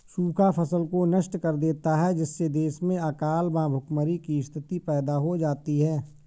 सूखा फसल को नष्ट कर देता है जिससे देश में अकाल व भूखमरी की स्थिति पैदा हो जाती है